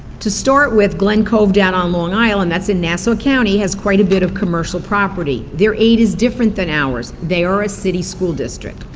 to start with, glen cove down on long island, that's in nassau county, has quite a bit of commercial property. their aid is different than ours. they are a city school district.